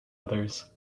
others